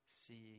seeing